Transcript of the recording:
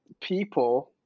people